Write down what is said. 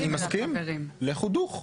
אני מסכים, לכו דוך.